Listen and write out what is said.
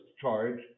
charge